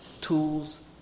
tools